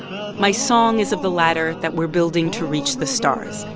my song is of the ladder that we're building to reach the stars.